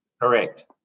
Correct